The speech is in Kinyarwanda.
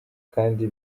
kandi